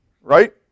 right